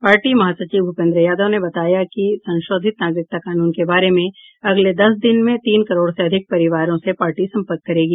party महासचिव भूपेंद्र यादव ने बताया कि संशोधित नागरिकता कानून के बारे में अगले दस दिन में तीन करोड़ से अधिक परिवारों से पार्टी सम्पर्क करेगी